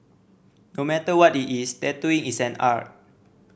no matter what it is tattooing is an art